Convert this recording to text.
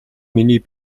миний